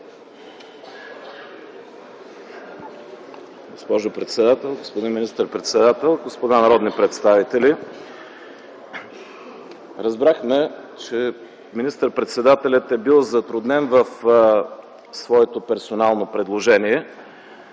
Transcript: Госпожо председател, господин министър-председател, господа народни представители! Разбрахме, че министър-председателят е бил затруднен в своето персонално предложение.